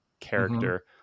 character